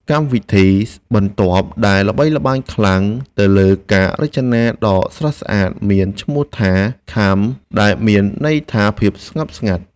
កម្មវិធីបន្ទាប់ដែលល្បីល្បាញខ្លាំងទៅលើការរចនាដ៏ស្រស់ស្អាតមានឈ្មោះថា ខាម (Calm) ដែលមានន័យថាភាពស្ងប់ស្ងាត់។